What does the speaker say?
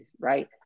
right